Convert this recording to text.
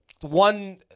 one